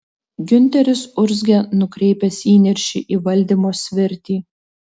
giunteris urzgė nukreipęs įniršį į valdymo svirtį